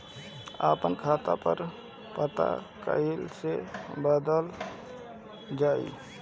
आपन खाता पर पता कईसे बदलल जाई?